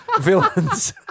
villains